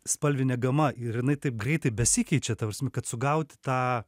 spalvinė gama ir jinai taip greitai besikeičią ta prasme kad sugauti tą